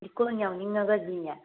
ꯂꯤꯛꯀꯣꯟ ꯌꯥꯎꯅꯤꯡꯉꯒꯗꯤꯅꯦ